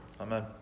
Amen